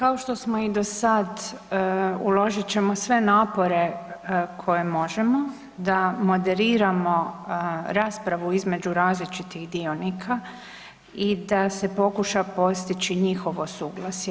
Pa kao što smo i do sad, uložit ćemo sve napore koje možemo da moderiramo raspravu između različitih dionika i da se pokuša postići njihovo suglasje.